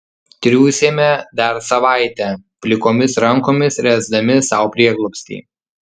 triūsėme dar savaitę plikomis rankomis ręsdami sau prieglobstį